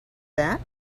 that